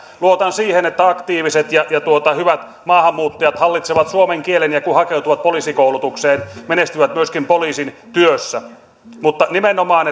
luotan siihen että aktiiviset ja ja hyvät maahanmuuttajat hallitsevat suomen kielen ja kun he hakeutuvat poliisikoulutukseen he menestyvät myöskin poliisin työssä mutta nimenomaan